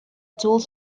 tools